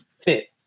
fit